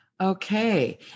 Okay